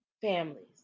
families